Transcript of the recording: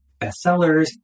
bestsellers